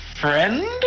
FRIEND